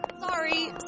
sorry